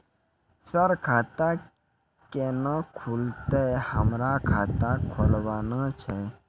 Sir खाता केना खुलतै, हमरा खाता खोलवाना छै?